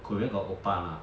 korean got lah